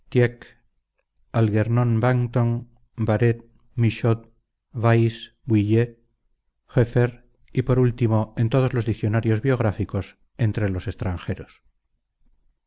bouillet hffer y por último en todos los diccionarios biográficos entre los extranjeros